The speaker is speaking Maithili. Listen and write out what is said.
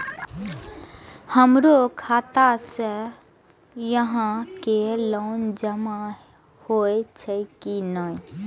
हमरो खाता से यहां के लोन जमा हे छे की ने?